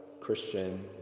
Christian